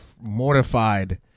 mortified